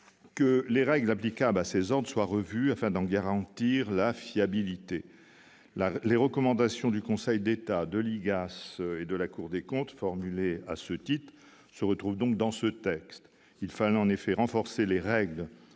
que les règles applicables à ces ordres soient revues, afin d'en garantir la fiabilité. Les recommandations du Conseil d'État, de l'IGAS et de la Cour des comptes formulées à ce titre se retrouvent donc dans ce texte. Il fallait en effet renforcer les règles